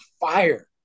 fire